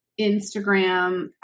Instagram